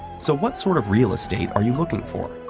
so what sort of real estate are you looking for?